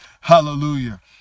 hallelujah